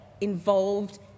involved